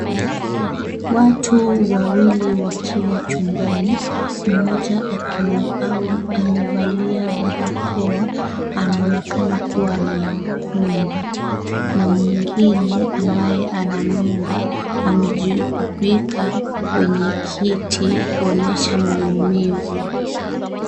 Watu wawili wakiwa chumbani mmoja akiwa amevalia barakoa anaonekana kuwa ni mkunga, na mwingine ambaye ana mimba amejikumbika kwenye kiti kuonyesha maumivu.